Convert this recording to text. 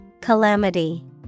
Calamity